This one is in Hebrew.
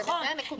זו הנקודה.